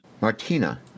Martina